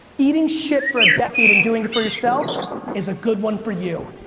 eating shit for a decade and doing for yourself is a good one for you.